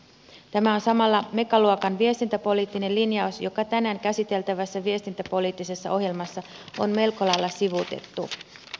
tämä on samalla megaluokan viestintäpoliittinen linjaus joka tänään käsiteltävässä viestintäpoliittisessa ohjelmassa on melko lailla sivuutettu